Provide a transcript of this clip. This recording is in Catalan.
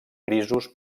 grisos